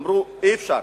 אמרו: אי-אפשר.